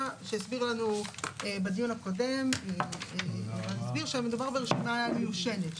שהסבירו לנו בדיון הקודם שהמדובר ברשימה מיושנת,